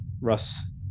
Russ